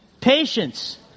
Patience